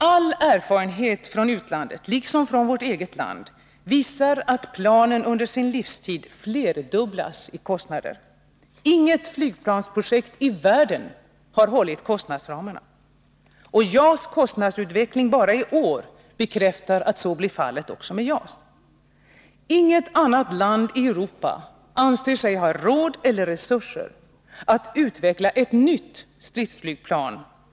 All erfarenhet från utlandet, liksom från vårt eget land, visar att kostnaderna för planen under deras livstid flerdubblas. Inget flygplansprojekt i världen har hållit kostnadsramarna. Kostnadsutvecklingen för JAS bara i år bekräftar att så blir fallet också med JAS. Inget annat land i Europa anser sig ha råd eller resurser att utveckla ett nytt stridsflygplan.